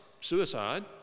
suicide